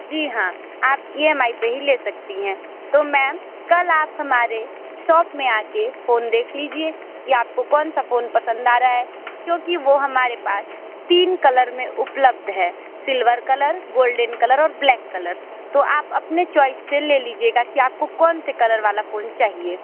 जी हाँ आप E M I पर ही ले सकती हैं तो मैम कल आप हमारे शॉप में आकर फ़ोन देख लीजिये कि आपको कौन सा फ़ोन पसंद आ रहा है क्योंकि वो हमारे पास तीन कलर में उपलब्ध है सिल्वर कलर गोल्डन कलर और ब्लैक कलर तो आप अपने चॉइस से ले लिजिएगा कि आपको कौन से कलर वाला फ़ोन चाहिए